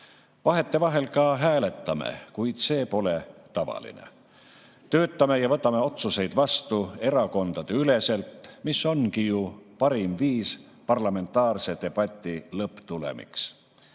Vahetevahel ka hääletame, kuid see pole tavaline. Töötame ja võtame otsuseid vastu erakondadeüleselt, mis ongi ju parim viis parlamentaarse debati lõpptulemiks.